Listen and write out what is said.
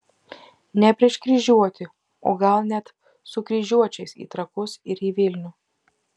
ne prieš kryžiuotį o gal net su kryžiuočiais į trakus ir į vilnių